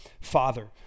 Father